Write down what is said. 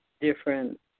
different